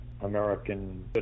American